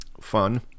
fun